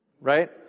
right